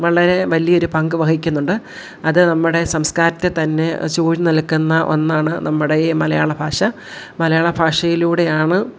വളരെ വലിയൊരു പങ്ക് വഹിക്കുന്നുണ്ട് അത് നമ്മുടെ സംസ്കാരത്തെ തന്നെ ചൂഴ്ന്ന് നിൽക്കുന്ന ഒന്നാണ് നമ്മുടെ ഈ മലയാള ഭാഷ മലയാള ഭാഷയിലൂടെ ആണ്